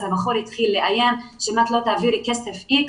הבחור התחיל לאיים שאם הלא לא תעביר סכום כסף מסוים,